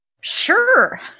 Sure